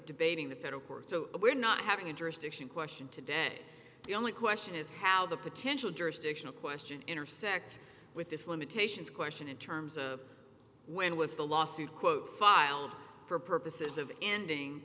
debating the federal court so we're not having a jurisdiction question today the only question is how the potential jurisdictional question intersects with this limitations question in terms of when with the lawsuit quote filed for purposes of ending